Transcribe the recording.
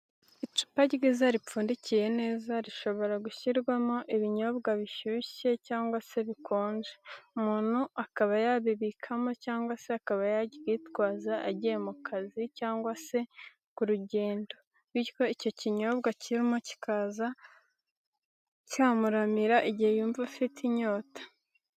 Icupa ryiza ripfundikiye neza rishobora gushyirwamo ibinyobwa bishushye cyangwa se bikonje, umuntu akaba yabibikamo cyangwa se akaba yaryitwaza agiye mu kazi cyangwa se ku rugendo bityo icyo kinyobwa kirimo kikaza cyamuramira igihe yumva afite inyota.